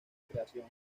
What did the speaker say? creación